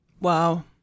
Wow